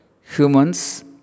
humans